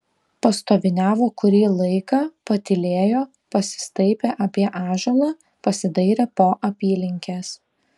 pastoviniavo kurį laiką patylėjo pasistaipė apie ąžuolą pasidairė po apylinkes